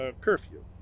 curfew